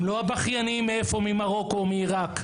הם לא הבכיינים ממרוקו או עיראק.